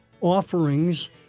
offerings